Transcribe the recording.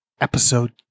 episode